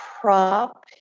prop